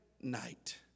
night